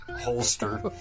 holster